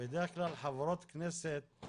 מוקדמת של לשכת התכנון.